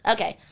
Okay